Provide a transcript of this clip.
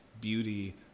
beauty